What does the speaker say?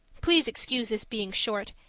please excuse this being short.